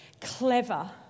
clever